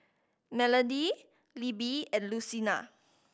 Melonie Libby and Lucina